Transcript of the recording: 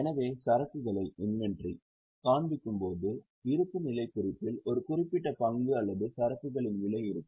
எனவே சரக்குகளைக் காண்பிக்கும் போது இருப்புநிலைக் குறிப்பில் ஒரு குறிப்பிட்ட பங்கு அல்லது சரக்குகளின் விலை இருக்கும்